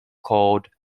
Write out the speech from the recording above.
cord